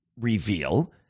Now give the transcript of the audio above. reveal